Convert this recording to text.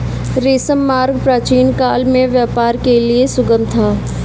रेशम मार्ग प्राचीनकाल में व्यापार के लिए सुगम था